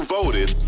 voted